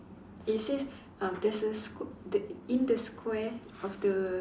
it says uh this is sq~ the in the square of the